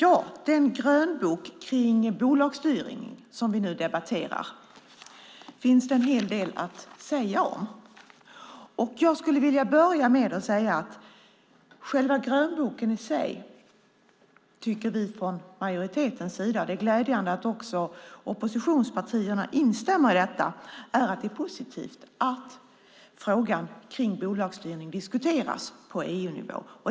Herr talman! Det finns en hel del att säga om den grönbok om bolagsstyrning som vi nu debatterar. När det gäller själva grönboken tycker vi i majoriteten - och det är glädjande att också oppositionspartierna instämmer i det - att det är positivt att frågan om bolagsstyrning diskuteras på EU-nivå.